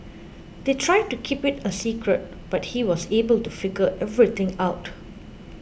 they tried to keep it a secret but he was able to figure everything out